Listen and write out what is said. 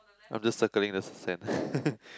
I'm just circling the sand